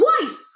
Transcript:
twice